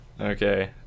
okay